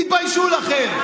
תתביישו לכם.